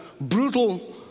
brutal